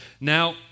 Now